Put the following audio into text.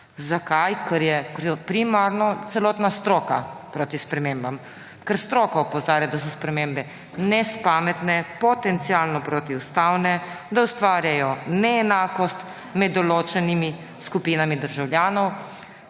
Zakaj? Ker je primarno celotna stroka proti spremembam. Ker stroka opozarja, da so spremembe nespametne, potencialno protiustavne, da ustvarjajo neenakost med določenimi skupinami državljanov,